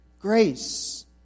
Grace